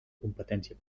competència